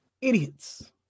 idiots